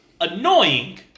annoying